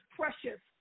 precious